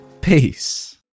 Peace